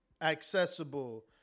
accessible